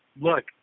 Look